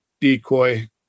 decoy